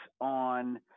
on